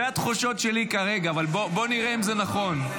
אלה התחושות שלי כרגע, אבל בואו נראה אם זה נכון.